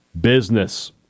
business